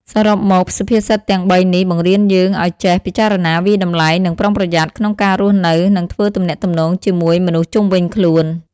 សរុបមក សុភាសិតទាំងបីនេះបង្រៀនយើងឱ្យចេះ ពិចារណា វាយតម្លៃ និង ប្រុងប្រយ័ត្ន ក្នុងការរស់នៅ និងធ្វើទំនាក់ទំនងជាមួយមនុស្សជុំវិញខ្លួន។